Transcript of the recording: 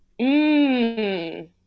Mmm